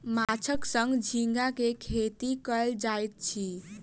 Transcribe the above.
माँछक संग झींगा के खेती कयल जाइत अछि